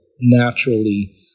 naturally